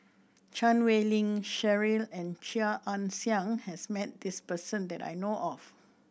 Chan Wei Ling Cheryl and Chia Ann Siang has met this person that I know of